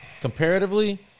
comparatively